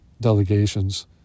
delegations